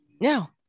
Now